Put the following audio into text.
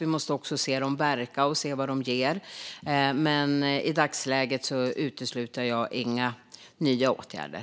Vi måste också se dem verka och se vad de ger. Men i dagsläget utesluter jag inga nya åtgärder.